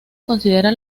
considera